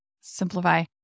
simplify